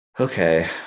okay